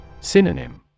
Synonym